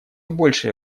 большее